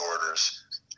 orders